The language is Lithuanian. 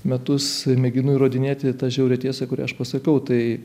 metus mėginu įrodinėti tą žiaurią tiesą kurią aš pasakau tai